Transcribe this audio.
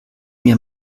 mir